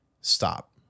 stop